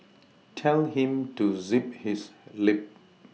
tell him to zip his lip